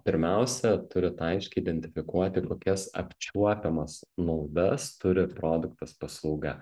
pirmiausia turit aiškiai identifikuoti kokias apčiuopiamas naudas turi produktas paslauga